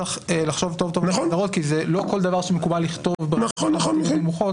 צריך לחשוב היטב כי לא כל דבר שמקובל לכתוב אותו ברמות נמוכות